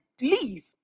leave